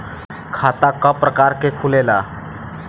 खाता क प्रकार के खुलेला?